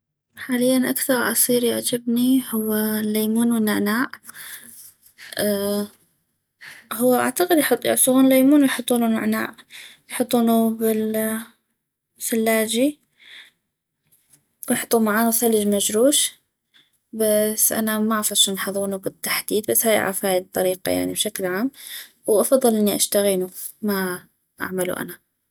حاليا أكثغ عصير يعجبني هو الليمون ونعاع هو اعتقد يعصغون ليمون ويحطولو نعناع يحطونو بالثلاجي ويحطون معانو ثلج مجروش بس انا معف اشون يحضغونو بالتحديد بس اعرف هاي الطريقة يعني بشكل عام وأفضل اني اشتغينو ما اعملو انا